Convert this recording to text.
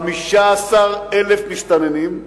15,000 מסתננים,